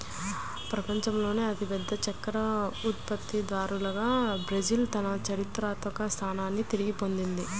ప్రపంచంలోనే అతిపెద్ద చక్కెర ఉత్పత్తిదారుగా బ్రెజిల్ తన చారిత్రక స్థానాన్ని తిరిగి పొందింది